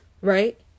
right